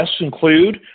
include